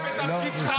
אתה פוגע בתפקידך.